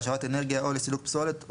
להשבת אנרגיה או לסילוק פסולת,